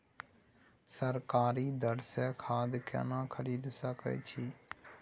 सरकारी दर से खाद केना खरीद सकै छिये?